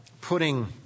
putting